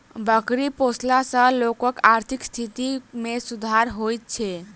बकरी पोसला सॅ लोकक आर्थिक स्थिति मे सुधार होइत छै